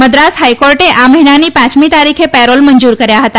મદ્રાસ હાઈકોર્ટે આ મહિનાની પાંચમી તારીખે પેરોલ મંજુર કર્યા હતા